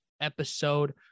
episode